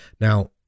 Now